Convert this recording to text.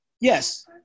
yes